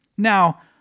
Now